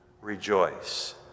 rejoice